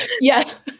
Yes